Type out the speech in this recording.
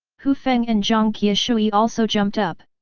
hu feng and jiang qiushui also jumped up,